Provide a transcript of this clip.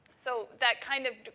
so, that, kind of,